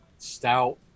stout